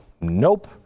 Nope